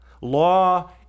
law